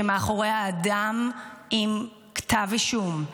שמאחוריה אדם עם כתב אישום.